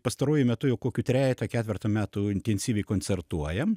pastaruoju metu jau kokį trejetą ketvertą metų intensyviai koncertuojam